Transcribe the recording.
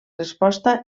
resposta